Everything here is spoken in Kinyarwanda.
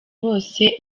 bose